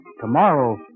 Tomorrow